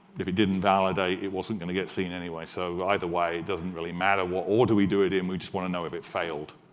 if it didn't validate, it wasn't going to get seen anyway. so either way, it doesn't really matter what order we do it in. we just want to know if it failed.